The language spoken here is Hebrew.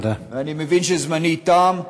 אני מבין שזמני תם,